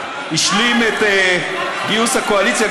השלים את גיוס הקואליציה.